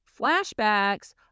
flashbacks